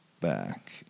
back